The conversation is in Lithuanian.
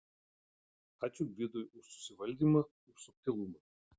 ačiū gvidui už susivaldymą už subtilumą